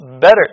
better